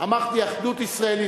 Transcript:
אמרתי "אחדות ישראלית",